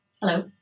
Hello